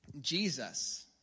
Jesus